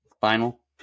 final